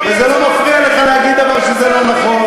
וזה לא מפריע לך להגיד דבר שהוא לא נכון.